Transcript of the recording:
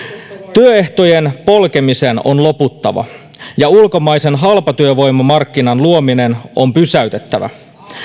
työehtojen polkemisen on loputtava ja ulkomaisen halpatyövoimamarkkinan luominen on pysäytettävä